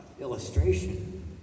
illustration